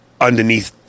underneath